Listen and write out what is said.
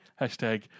Hashtag